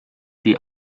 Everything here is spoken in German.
die